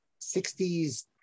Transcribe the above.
60s